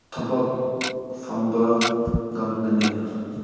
ꯊꯕꯛ ꯐꯪꯕ ꯉꯝꯒꯅꯤ